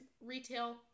retail